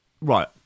Right